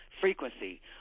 frequency